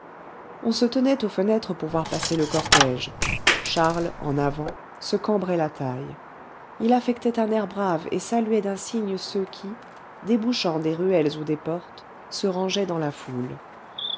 on se tenait aux fenêtres pour voir passer le cortège charles en avant se cambrait la taille il affectait un air brave et saluait d'un signe ceux qui débouchant des ruelles ou des portes se rangeaient dans la foule